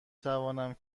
توانم